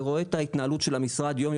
ורואה את ההתנהלות של המשרד יום,